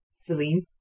Celine